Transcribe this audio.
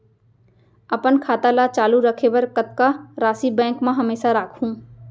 अपन खाता ल चालू रखे बर कतका राशि बैंक म हमेशा राखहूँ?